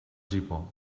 gipó